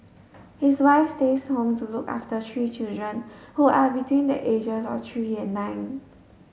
his wife stays home to look after three children who are between the ages of three and nine